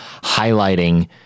highlighting